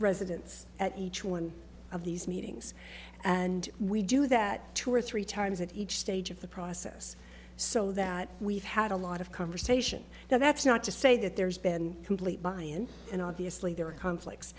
residents at each one of these meetings and we do that two or three times at each stage of the process so that we've had a lot of conversation now that's not to say that there's been complete by ian and obviously there are conflicts